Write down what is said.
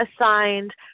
assigned